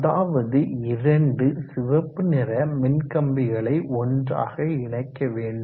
அதாவது இரண்டு சிவப்பு நிற மின்கம்பிகளை ஒன்றாக இணைக்க வேண்டும்